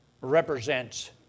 represents